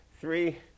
three